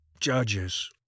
Judges